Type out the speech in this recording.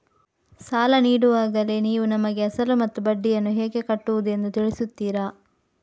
ಸಾಲ ನೀಡುವಾಗಲೇ ನೀವು ನಮಗೆ ಅಸಲು ಮತ್ತು ಬಡ್ಡಿಯನ್ನು ಹೇಗೆ ಕಟ್ಟುವುದು ಎಂದು ತಿಳಿಸುತ್ತೀರಾ?